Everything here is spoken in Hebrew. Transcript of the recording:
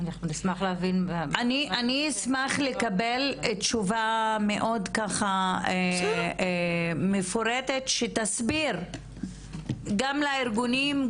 אני אשמח לקבל תשובה מאוד ככה מפורטת שתסביר גם לארגונים,